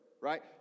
right